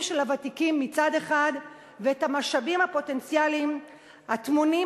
של הוותיקים מצד אחד ואת המשאבים הפוטנציאליים הטמונים,